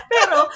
Pero